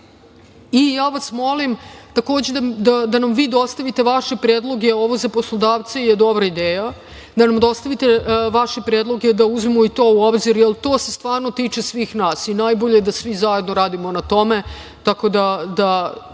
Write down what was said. Molim vas takođe da nam vi dostavite vaše predloge. Ovo za poslodavce je dobra ideja, da nam dostavite vaše predloge da uzmemo i to u obzir, jer to se stvarno tiče svih nas i najbolje je da svi zajedno radimo na tome, tako da